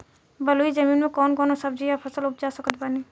बलुई जमीन मे कौन कौन सब्जी या फल उपजा सकत बानी?